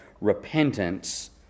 repentance